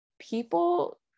people